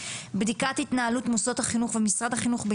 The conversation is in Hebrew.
2. בדיקת התנהלות מוסדות החינוך ומשרד החינוך,